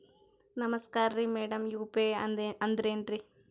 ನಮಸ್ಕಾರ್ರಿ madam UPI ಅಂದ್ರೆನ್ರಿ?